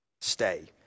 Stay